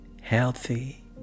healthy